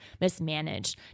mismanaged